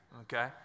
Okay